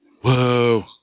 Whoa